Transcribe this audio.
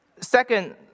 Second